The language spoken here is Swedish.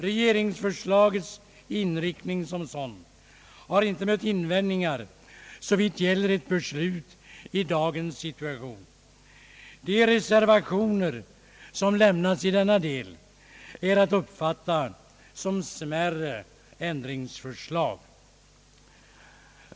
Regeringsförslagets inriktning som sådan har inte mött invändningar såvitt gäller ett beslut i dagens situation. De reservationer som lämnats i denna del är att uppfatta som smärre ändringsförslag.